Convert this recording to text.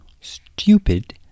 Stupid